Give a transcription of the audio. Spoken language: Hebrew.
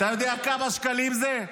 אתה יודע כמה שקלים זה?